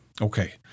Okay